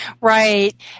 Right